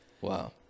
Wow